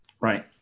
Right